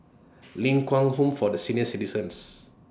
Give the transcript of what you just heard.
Ling Kwang Home For Senior Citizens